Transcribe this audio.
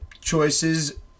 choices